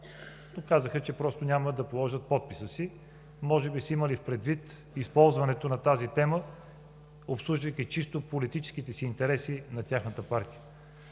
но казаха, че просто няма да положат подписа си. Може би са имали предвид използването на тази тема, обслужвайки чисто политическите интереси на тяхната партия.